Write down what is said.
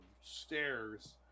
stairs